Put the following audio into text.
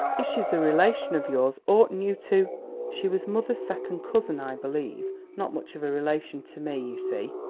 if she's a relation of yours, oughtn't you to she was mother's second cousin, i believe not much of a relation to me, you see.